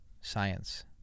science